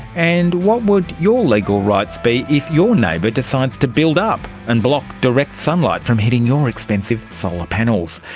and what would your legal rights be if your neighbour decides to build up and block direct sunlight from hitting your expensive solar panels?